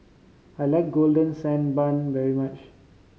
I like Golden Sand Bun very much